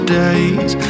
days